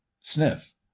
sniff